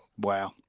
wow